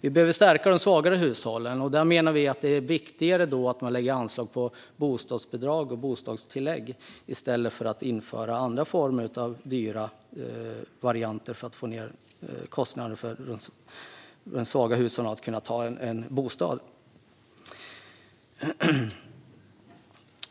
Vi behöver stärka de svagare hushållen. Vi menar att det är viktigare att lägga anslag på bostadsbidrag och bostadstillägg i stället för att införa andra dyra varianter för att få ned bostadskostnaderna för de svagare hushållen.